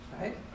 right